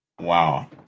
Wow